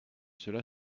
cela